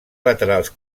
laterals